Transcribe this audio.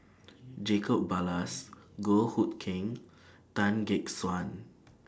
Jacob Ballas Goh Hood Keng Tan Gek Suan